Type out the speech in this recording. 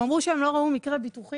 הם אמרו שהם לא ראו מקרה ביטוחי,